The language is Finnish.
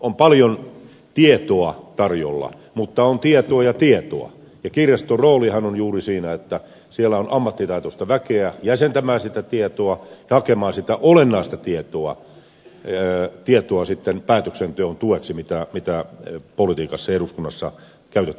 on paljon tietoa tarjolla mutta on tietoa ja tietoa ja kirjaston roolihan on juuri siinä että siellä on ammattitaitoista väkeä jäsentämään sitä tietoa hakemaan sitä olennaista tietoa sitten päätöksenteon tueksi mitä politiikassa ja eduskunnassa käytetään ja tarvitaan